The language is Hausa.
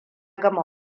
gama